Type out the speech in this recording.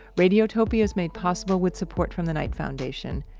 radiotopia is made possible with support from the knight foundation.